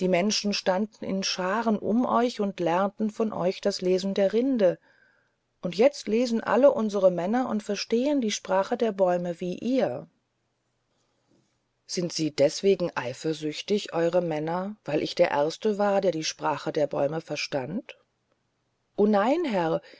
menschen standen in scharen um euch und lernten von euch das lesen der rinden und jetzt lesen alle unsere männer und verstehen die sprache der bäume wie ihr sind sie deswegen eifersüchtig eure männer weil ich der erste war der die sprache der bäume verstand o nein herr